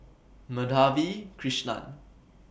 Madhavi Krishnan